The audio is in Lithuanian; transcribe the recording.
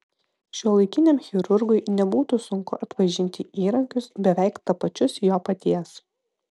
šiuolaikiniam chirurgui nebūtų sunku atpažinti įrankius beveik tapačius jo paties